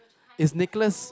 is Nicholas